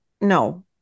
no